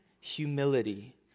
humility